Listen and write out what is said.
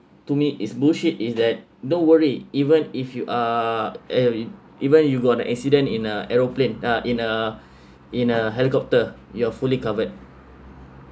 to me is bullshit is that don't worry even if you are uh even you got the accident in a aeroplane uh in a in a helicopter you're fully covered